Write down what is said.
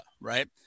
right